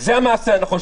זה המעשה הנכון,